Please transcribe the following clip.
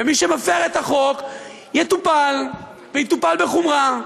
ומי שמפר את החוק יטופל, ויטופל בחומרה.